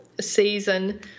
season